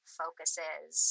focuses